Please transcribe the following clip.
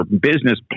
business